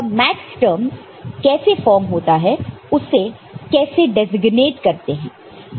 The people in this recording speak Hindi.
तो यह मैक्सटर्मस कैसे फॉर्म होता है और उसे कैसे डेजिग्नेट करते हैं